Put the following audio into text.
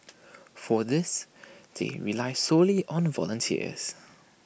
for this they rely solely on volunteers